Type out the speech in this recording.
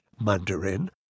Mandarin